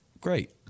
great